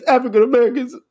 African-Americans